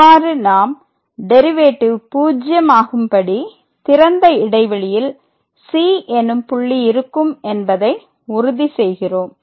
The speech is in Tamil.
இவ்வாறு நாம் டெரிவேட்டிவ் பூஜ்யம் ஆகும்படி திறந்த இடைவெளியில் c எனும் புள்ளி இருக்கும் என்பதை உறுதி செய்கிறோம்